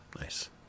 nice